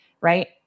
right